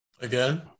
Again